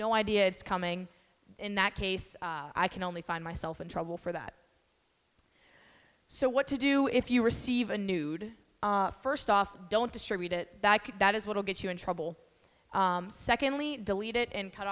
no idea it's coming in that case i can only find myself in trouble for that so what to do if you receive a nude first off don't distribute it that is what will get you in trouble secondly delete it and cut